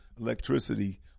electricity